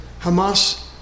Hamas